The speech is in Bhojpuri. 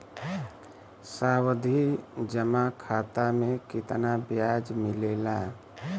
सावधि जमा खाता मे कितना ब्याज मिले ला?